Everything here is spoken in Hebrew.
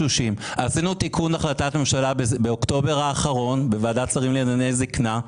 בתיקון שנעשה להחלטת הממשלה באוקטובר האחרון בוועדת שרים לענייני זיקנה,